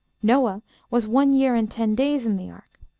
noah was one year and ten days in the ark,